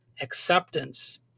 acceptance